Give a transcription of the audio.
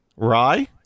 Rye